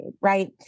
right